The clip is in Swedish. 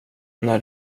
när